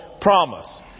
promise